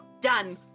Done